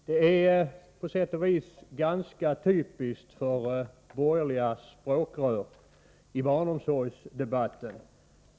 Herr talman! Det vi fått lyssna till här från borgerliga språkrör i barnomsorgsdebatten är på sätt och vis ganska typiskt.